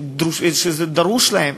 שזה דרוש להם.